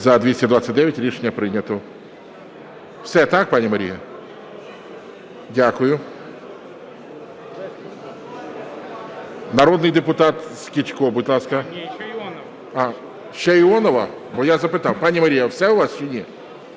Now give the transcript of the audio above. За-229 Рішення прийнято.